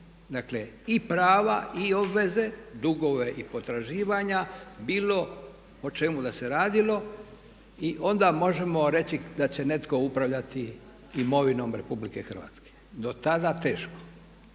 Dakle, i prava i obveze, dugove i potraživanja bilo o čemu da se radilo i onda možemo reći da će netko upravljati imovinom RH. Do tada teško